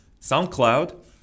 SoundCloud